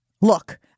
look